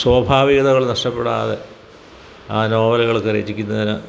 സ്വാഭാവികതകൾ നഷ്ടപ്പെടാതെ ആ നോവലുകളൊക്കെ രചിക്കുന്നതിന്